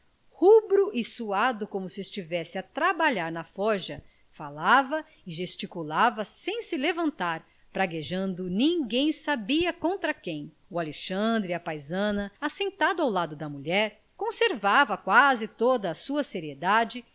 e suado como se estivesse a trabalhar na forja falava e gesticulava sem se levantar praguejando ninguém sabia contra quem o alexandre à paisana assentado ao lado da mulher conservava quase toda a sua seriedade